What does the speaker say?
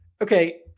okay